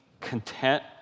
content